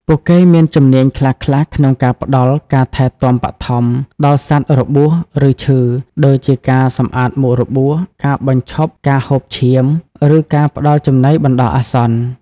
ពួកគេមានជំនាញខ្លះៗក្នុងការផ្តល់ ការថែទាំបឋម ដល់សត្វរបួស ឬឈឺ ដូចជាការសម្អាតមុខរបួស ការបញ្ឈប់ការហូរឈាម ឬការផ្តល់ចំណីបណ្តោះអាសន្ន។